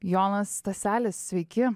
jonas staselis sveiki